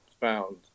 found